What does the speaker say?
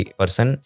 person